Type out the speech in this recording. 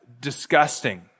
disgusting